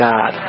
God